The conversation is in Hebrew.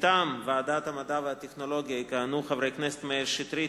מטעם ועדת המדע והטכנולוגיה יכהנו חברי הכנסת מאיר שטרית,